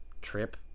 trip